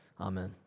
Amen